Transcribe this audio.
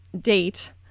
date